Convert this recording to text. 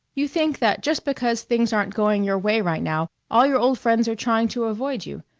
you think that just because things aren't going your way right now all your old friends are trying to avoid you.